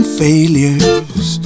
failures